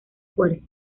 fuerza